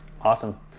Awesome